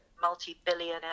multi-billionaire